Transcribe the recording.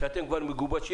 שאתם כבר מגובשים.